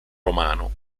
romano